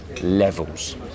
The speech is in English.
Levels